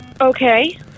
Okay